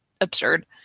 absurd